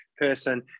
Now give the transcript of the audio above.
person